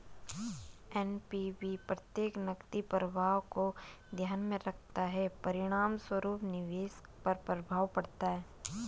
NPV प्रत्येक नकदी प्रवाह को ध्यान में रखता है, परिणामस्वरूप निवेश पर प्रभाव पड़ता है